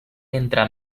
entre